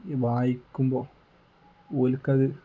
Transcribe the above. ഇത് വായിക്കുമ്പോൾ ഓൽക്കത്